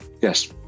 yes